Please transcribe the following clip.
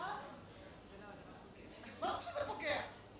אני לא מסכימה לזה,